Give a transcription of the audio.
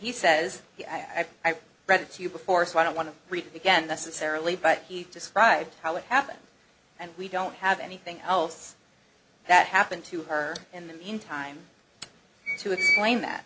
he says i've read it to you before so i don't want to read it again necessarily but he described how it happened and we don't have anything else that happened to her in the meantime to explain that